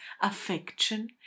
affection